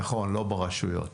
נכון, לא ברשויות